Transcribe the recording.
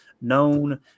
Known